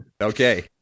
Okay